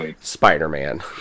Spider-Man